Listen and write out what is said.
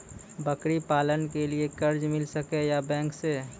बकरी पालन के लिए कर्ज मिल सके या बैंक से?